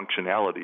functionality